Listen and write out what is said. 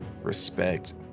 respect